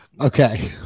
Okay